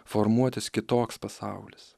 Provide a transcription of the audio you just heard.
formuotis kitoks pasaulis